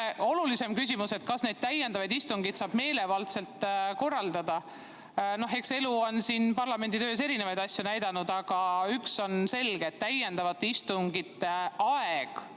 olulisem küsimus, et kas neid täiendavaid istungeid saab meelevaldselt korraldada. Eks elu on siin parlamendi töös erinevaid asju näidanud, aga üks on selge: täiendavate istungite aeg